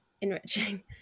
enriching